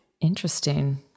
Interesting